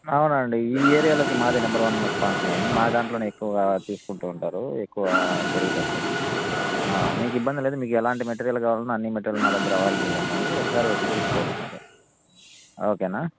అవునండి ఈ ఏరియాలోకి మాదే నెంబర్ వన్ కంపెనీ అండి మా దాంట్లోనే ఎక్కువగా తీస్కుంటూ ఉంటారు ఎక్కువ క్రెడిట్ వస్తుంది మీకు ఇబ్బంది లేదు మీకు ఎలాంటి మెటీరీయల్ కావాలంటే అన్ని మెటీరీయల్ మా దగ్గర అవైలబుల్గా ఉన్నాయి ఒకసారి వచ్చి చూస్కోచ్చు మీరు ఓకేనా